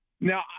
Now